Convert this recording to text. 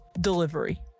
delivery